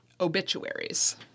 Obituaries